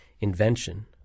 invention